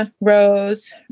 rose